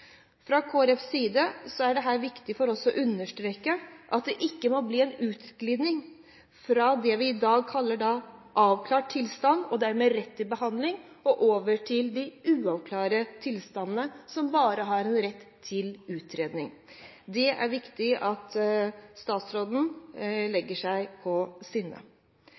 fra det vi i dag kaller avklart tilstand og dermed rett til behandling, over til de uavklarte tilstandene, som bare gir rett til utredning. Det er det viktig at statsråden legger seg på sinne.